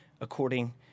according